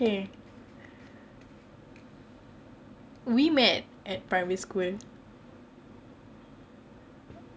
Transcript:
okay we met at primary school